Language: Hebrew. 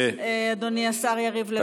אדוני השר יריב לוין.